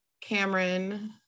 Cameron